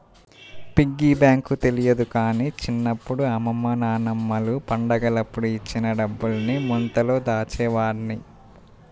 piggy bank తెలియదు గానీ చిన్నప్పుడు అమ్మమ్మ నాన్నమ్మలు పండగలప్పుడు ఇచ్చిన డబ్బుల్ని ముంతలో దాచేవాడ్ని